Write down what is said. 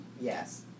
Yes